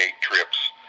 trips